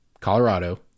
Colorado